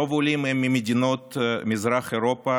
רוב העולים הם ממדינות מזרח אירופה